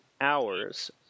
hours